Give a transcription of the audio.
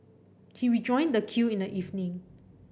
he rejoined the queue in the evening